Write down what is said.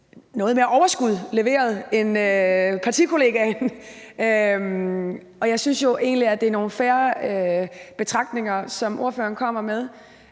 noget mere overskud end partikollegaens, og jeg synes jo egentlig, det er nogle fair betragtninger, som ordføreren kommer med.